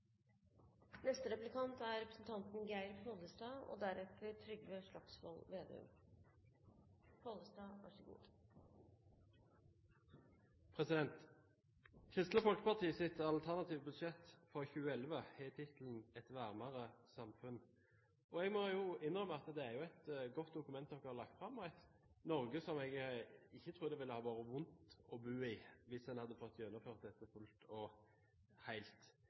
Kristelig Folkepartis alternative budsjett for 2011 har tittelen «Et varmere samfunn». Jeg må jo innrømme at det er et godt dokument de har lagt fram, og jeg tror ikke Norge ville ha vært vondt å bo i hvis en hadde fått gjennomført dette fullt og helt. Men jeg vil gå litt tilbake til det spørsmålet som representanten Kolberg var inne på, nemlig at vi har fått presentert Høyres og